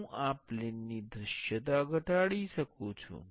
હું આ પ્લેનની દૃશ્યતા ઘટાડી શકું છું